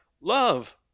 love